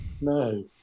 No